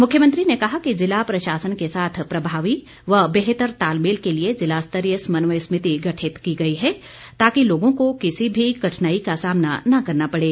मुख्यमंत्री ने कहा कि जिला प्रशासन के साथ प्रभावी व बेहतर तालमेल के लिए ज़िला स्तरीय समन्वय समिति गठित की गई है ताकि लोगों को किसी भी कठिनाई का सामना न करना पड़े